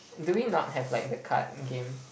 do we not have like the card game